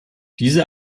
diese